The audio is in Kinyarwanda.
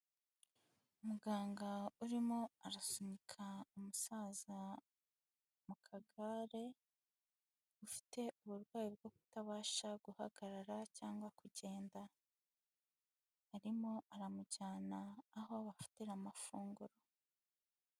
Umuganga urimo arasunika umusaza mu kagare ufite uburwayi bwo kutabasha guhagarara cyangwa kugenda. Arimo aramujyana aho bafatira amafunguro.